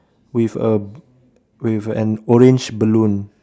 with a with an orange balloon